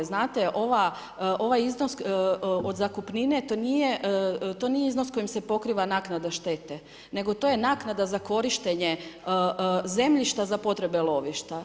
Znate ovaj iznos od zakupnine to nije iznos kojim se pokriva naknada štete nego to je naknada za korištenje zemljišta za potrebe lovišta.